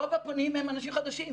רוב הפונים הם אנשים חדשים,